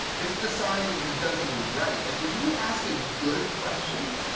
it's the sign that you've done something right like when you ask a good question,